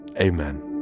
Amen